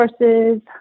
sources